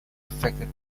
affected